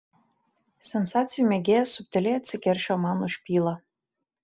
sensacijų mėgėjas subtiliai atsikeršijo man už pylą